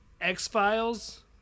X-Files